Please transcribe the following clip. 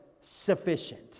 sufficient